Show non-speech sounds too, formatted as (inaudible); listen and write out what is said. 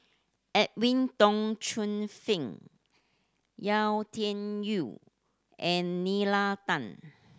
Edwin Tong Chun Fai Yau Tian Yau and (unintelligible) Tan